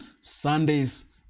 sundays